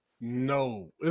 No